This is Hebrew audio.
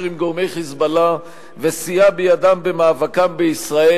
עם גורמי "חיזבאללה" וסייע בידם במאבקם בישראל,